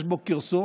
יש בו כרסום,